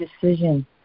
decision